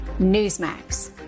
Newsmax